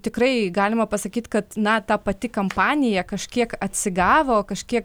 tikrai galima pasakyti kad na ta pati kampanija kažkiek atsigavo kažkiek